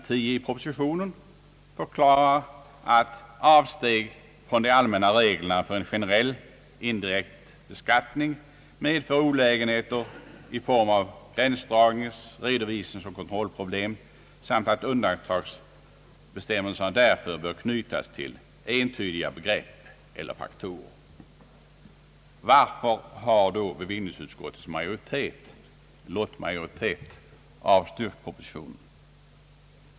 10 i propositionen förklarar att avsteg från de allmänna reglerna för en generell indirekt beskattning medför olägenheter i form av gränsdragnings-, redovisningsoch =: kontrollproblem, samt att undantagsbestämmelserna därför bör anknytas till entydiga begrepp eller faktorer. Varför har då bevillningsutskottets lottmajoritet avstyrkt propositionen?